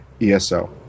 ESO